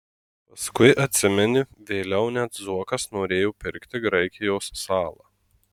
paskui atsimeni vėliau net zuokas norėjo pirkti graikijos salą